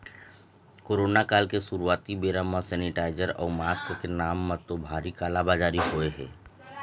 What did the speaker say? corona काल के शुरुआती बेरा म सेनीटाइजर अउ मास्क के नांव म तो भारी काला बजारी होय हे